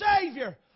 Savior